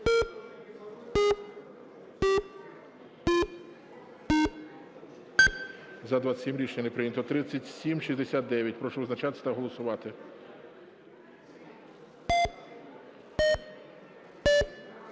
За-26 Рішення не прийнято. 3605. Прошу визначатись та голосувати.